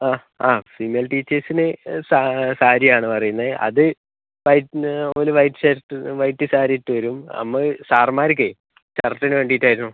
ആ ആ ഫീമെയിൽ ടീച്ചേഴ്സിന് സാ സാരിയാണ് പറയുന്നത് അത് വൈറ്റിന് or white shirt white sari ആയിട്ട് വരും നമ്മൾ സാർമാർക്കേ ഷർട്ടിന് വേണ്ടിയിട്ടായിരുന്നു